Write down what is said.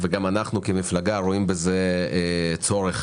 וגם אנו כמפלגה רואים בזה צורך